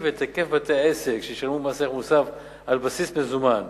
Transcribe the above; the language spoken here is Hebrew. את היקף בתי-העסק שישלמו מס ערך מוסף על בסיס מזומן.